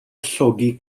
llogi